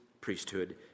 priesthood